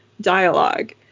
dialogue